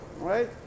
right